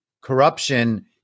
corruption